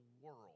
world